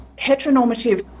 heteronormative